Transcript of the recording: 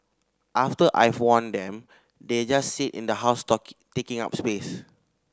after I've worn them they just sit in the house talking taking up space